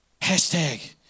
Hashtag